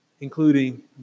including